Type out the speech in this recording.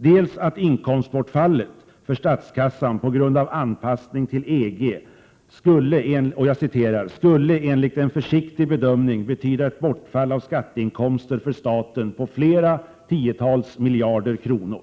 Först sägs att inkomstbortfallet för statskassan på grund av anpassning till EG ”skulle enligt en försiktig bedömning betyda ett bortfall av skatteinkomster för staten på flera tiotals miljarder kronor”.